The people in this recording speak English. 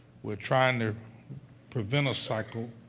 we're trying to prevent a cycle,